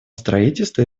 строительства